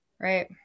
Right